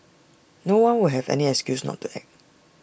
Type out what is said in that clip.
no one will have any excuse not to act